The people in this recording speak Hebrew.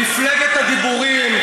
מפלגת הדיבורים.